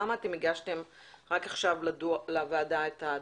למה אתם הגשתם רק עכשיו לוועדה את הדוחות?